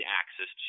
access